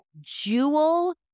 jewel